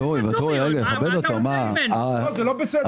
זה לא בסדר.